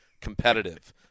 competitive